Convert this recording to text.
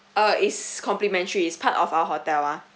uh it's complimentary it's part of our hotel ah